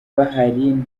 bahari